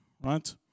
right